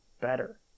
better